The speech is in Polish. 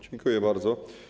Dziękuję bardzo.